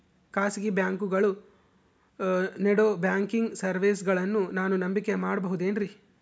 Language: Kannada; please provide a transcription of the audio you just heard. ಖಾಸಗಿ ಬ್ಯಾಂಕುಗಳು ನೇಡೋ ಬ್ಯಾಂಕಿಗ್ ಸರ್ವೇಸಗಳನ್ನು ನಾನು ನಂಬಿಕೆ ಮಾಡಬಹುದೇನ್ರಿ?